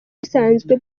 busanzwe